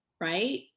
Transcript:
right